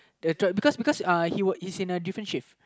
because because uh he was he's in a different shift